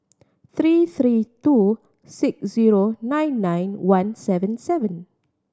three three two six zero nine nine one seven seven